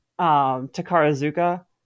Takarazuka